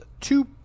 two